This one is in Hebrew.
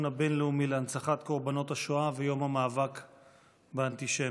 הבין-לאומי להנצחת קורבנות השואה ויום המאבק באנטישמיות.